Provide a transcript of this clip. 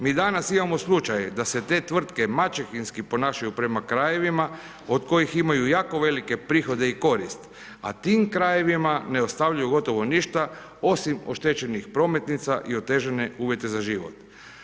Mi danas imamo slučaj da se te tvrtke maćehinski ponašanju prema krajevima od kojih imaju jako velike prihode i korist a tim krajevima ne stavljaju gotovo ništa osim stečenih prometnica i otežane uvjete za život.